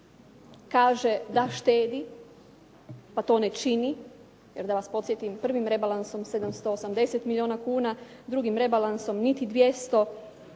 kaže da štedi pa to ne čini, jer da vas podsjetim, prvim rebalansom 780 milijuna kuna, drugim rebalansom niti 200. To